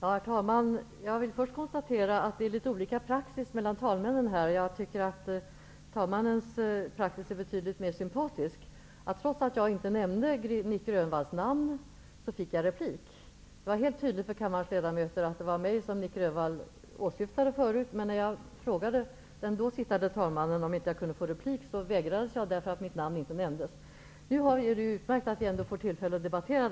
Herr talman! Jag vill först konstatera att talmännen har litet olika praxis, och jag tycker att den praxis som den nu sittande talmannen är den mest sympatiska. Trots att jag inte nämnde Nic Grönvalls namn fick han replik på mitt anförande. Det var helt tydligt för kammarens ledamöter att det var mig Nic Grönvall åsyftade i sitt förra anföranden, men jag vägrades replik av den då sittande talmannen, eftersom Nic Grönvall inte hade nämnt mitt namn. Men det är utmärkt att Nic Grönvall och jag nu ändå får tillfälle att debattera.